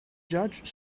judge